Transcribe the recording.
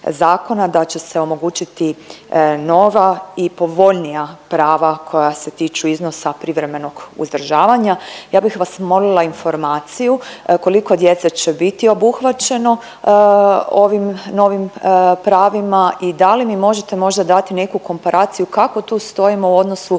da će se omogućiti nova i povoljnija prava koja se tiču iznosa privremenog uzdržavanja. Ja bih vas molila informaciju koliko djece će biti obuhvaćeno ovim novim pravima i da li mi možete možda dati neku komparaciju kako tu stojimo u odnosu